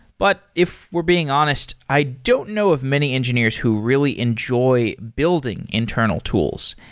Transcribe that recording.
but if we're being honest, i don't know of many engineers who really enjoy building internal tools.